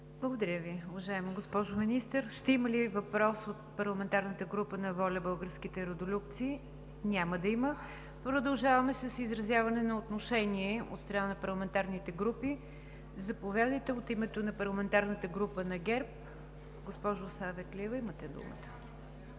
Благодаря Ви, уважаема госпожо Министър. Ще има ли въпрос от парламентарната група на „ВОЛЯ – Българските Родолюбци“? Няма да има. Продължаваме с изразяване на отношение от страна на парламентарните групи. Заповядайте от името на парламентарната група на ГЕРБ, госпожо Савеклиева.